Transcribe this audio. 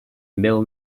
mill